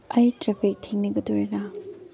ꯑꯩ ꯇ꯭ꯔꯦꯐꯤꯛ ꯊꯦꯡꯅꯒꯗꯣꯏꯔꯥ